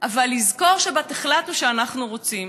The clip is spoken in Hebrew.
אבל לזכור שבת החלטנו שאנחנו רוצים.